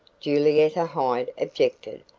julietta hyde objected.